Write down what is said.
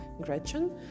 Gretchen